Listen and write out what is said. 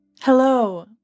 Hello